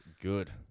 Good